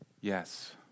Yes